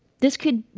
this could,